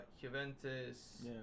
Juventus